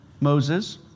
Moses